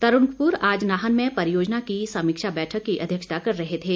तरूण कपूर आज नाहन में परियोजना की समीक्षा बैठक की अध्यक्षता कर रहे थे